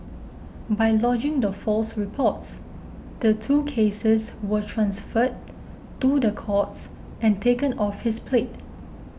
by lodging the false reports the two cases were transferred to the courts and taken off his plate